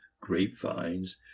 grapevines